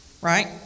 right